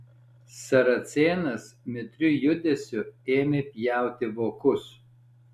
saracėnas mitriu judesiu ėmė pjauti vokus